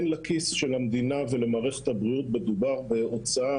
לכיס של המדינה ולמערכת הבריאות מדובר בהוצאה